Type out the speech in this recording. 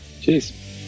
cheers